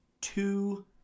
two